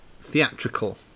theatrical